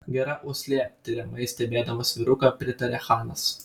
gera uoslė tiriamai stebėdamas vyruką pritarė chanas